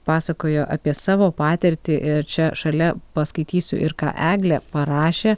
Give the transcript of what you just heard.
pasakojo apie savo patirtį ir čia šalia paskaitysiu ir ką eglė parašė